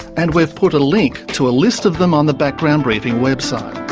and we've put a link to a list of them on the background briefing website.